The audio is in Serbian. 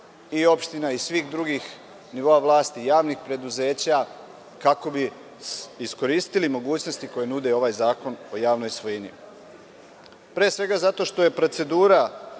i opština i svih drugih nivoa vlasti, javnih preduzeća, kako bi iskoristili mogućnosti koje nudi ovaj zakon o javnoj svojini, pre svega zato što je procedura